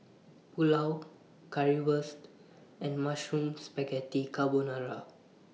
Pulao Currywurst and Mushroom Spaghetti Carbonara